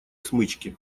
смычки